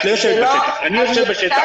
את לא יושבת בשטח, אני יושב בשטח.